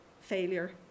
failure